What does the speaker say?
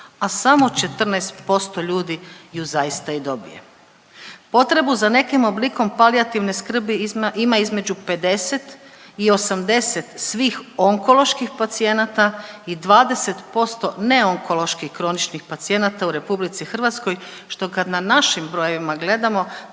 a samo 14% ljudi ju zaista i dobije. Potrebu za nekim oblikom palijativne skrbi ima između 50 i 80 svih onkoloških pacijenata i 20% ne onkoloških kroničnih pacijenata u RH, što kad na našim brojevima gledamo